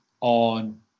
on